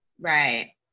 Right